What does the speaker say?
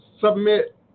submit